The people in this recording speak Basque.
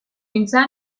nintzen